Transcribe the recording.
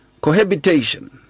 Cohabitation